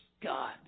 God